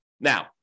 Now